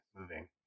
moving